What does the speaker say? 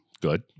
Good